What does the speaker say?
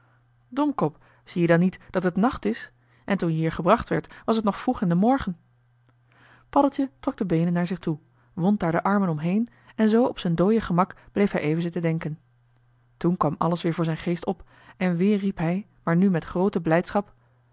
domkop zie-je dan niet dat t nacht is en toen je hier gebracht werd was t nog vroeg in den morgen paddeltje trok de beenen naar zich toe wond daar de armen omheen en zoo op z'n dooie gemak bleef hij even zitten denken toen kwam alles weer voor zijn geest op en weer riep hij maar nu met groote blijdschap